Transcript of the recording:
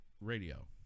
Radio